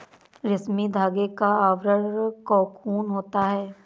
रेशमी धागे का आवरण कोकून होता है